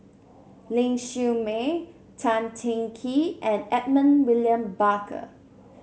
Ling Siew May Tan Teng Kee and Edmund William Barker